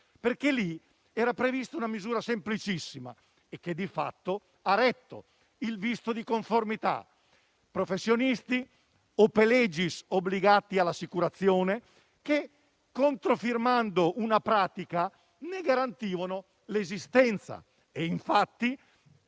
caso era prevista una norma semplicissima che di fatto ha retto. Mi riferisco al visto di conformità: professionisti *ope legis* obbligati all'assicurazione che, controfirmando una pratica, ne garantivano l'esistenza; infatti,